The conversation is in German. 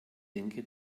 denke